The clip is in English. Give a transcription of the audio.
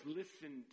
listen